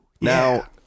now